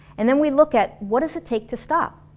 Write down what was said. and then we look at what does it take to stop?